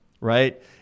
right